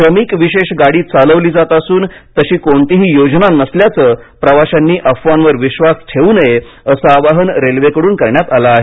श्रमिक विशेष गाडी चालविली जात नसून आणि तशी कोणतीही योजना नसून प्रवाशांनी अफवांवर विश्वास ठेवू नये असं आवाहन रेल्वेकडून करण्यात आलं आहे